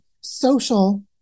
social